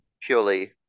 purely